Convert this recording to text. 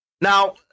Now